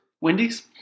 Wendy's